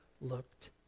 looked